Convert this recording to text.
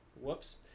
Whoops